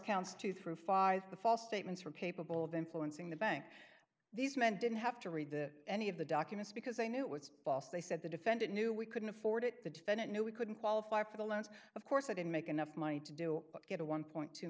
counts two through five false statements from capable of influencing the bank these men didn't have to read the any of the documents because they knew it was false they said the defendant knew we couldn't afford it the defendant knew we couldn't qualify for the loans of course i didn't make enough money to do get a one point two